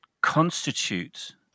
constitute